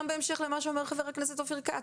גם בהמשך למה שאמר חבר הכנסת אופיר כץ,